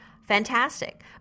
fantastic